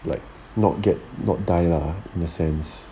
like not get not die lah in a sense